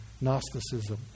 Gnosticism